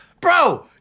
Bro